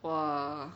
!wah!